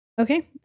okay